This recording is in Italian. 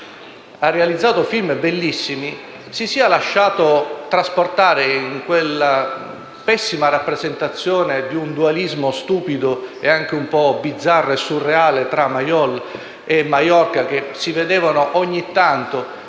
ha realizzato film bellissimi, si sia lasciato trasportare nel suo film «Le Grand Bleu» in quella pessima rappresentazione di un dualismo stupido e anche un po' bizzarro e surreale tra Mayol e Maiorca, che si vedevano ogni tanto,